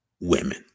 women